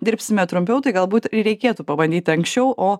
dirbsime trumpiau tai galbūt ir reikėtų pabandyti anksčiau o